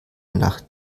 nach